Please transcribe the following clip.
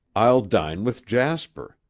i'll dine with jasper.